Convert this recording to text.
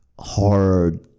hard